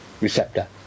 receptor